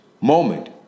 moment